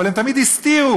אבל הם תמיד הסתירו,